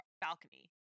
balcony